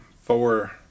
four